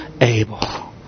able